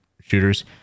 shooters